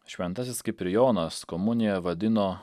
šventasis kiprijonas komuniją vadino